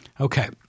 Okay